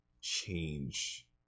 change